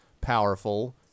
powerful